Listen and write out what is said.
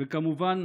וכמובן,